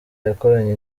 yakoranye